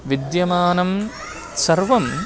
विद्यमानं सर्वं